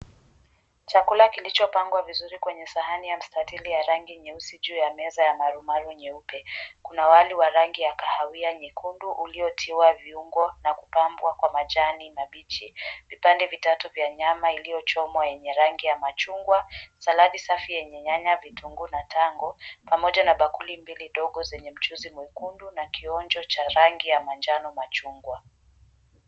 Chakula kilichopangwa vizuri kwenye sahani ya mstatili ya rangi nyeusi juu ya meza ya marumaru nyeupe. Kuna wali wa rangi ya kahawia nyekundu uliotiwa viungo na kupambwa kwa majani mabichi. Vipande vitatu vya nyama iliyochomwa yenye rangi ya machungwa, saladi safi yenye nyanya, vitunguu na tango, pamoja na bakuli mbili dogo zenye mchuzi mwekundu na kionjo cha rangi ya manjano machungwa.